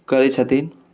करैत छथिन